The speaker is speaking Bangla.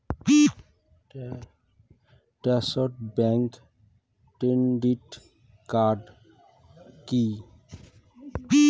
ট্রাস্ট ব্যাংক ক্রেডিট কার্ড কি?